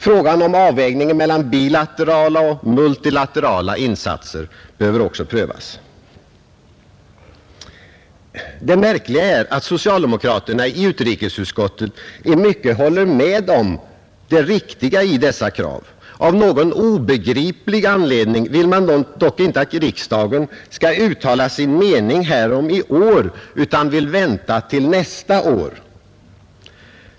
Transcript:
Frågan om avvägningen mellan bilaterala och multilaterala insatser behöver också prövas. Det märkliga är att socialdemokraterna i utrikesutskottet i mycket håller med om det riktiga i dessa krav. Av någon obegriplig anledning vill man dock icke att riksdagen skall uttala sin mening härom i år utan vänta till nästa år.